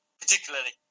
particularly